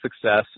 success